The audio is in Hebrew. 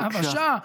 בבקשה.